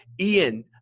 Ian